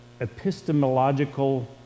epistemological